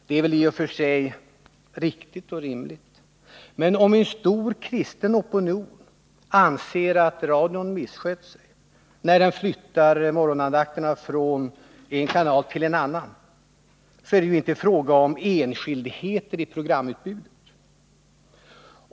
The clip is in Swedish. Det är väl i och för sig riktigt och rimligt. Men om en stor kristen opinion anser att radion misskött sig när den flyttat morgonandakterna från en kanal till en annan, så är det inte fråga om enskildheter i programutbudet.